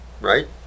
right